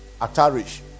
Atarish